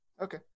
Okay